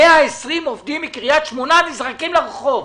120 עובדים מקריית שמונה נזרקים לרחוב.